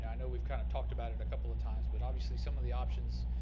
and i know we've kinda talked about it a couple of times, but obviously some of the options,